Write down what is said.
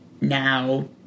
now